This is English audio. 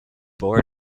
born